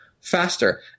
faster